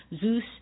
Zeus